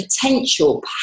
potential